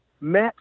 met